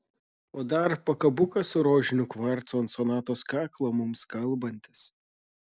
o dar pakabukas su rožiniu kvarcu ant sonatos kaklo mums kalbantis